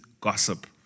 gossip